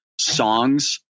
songs